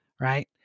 right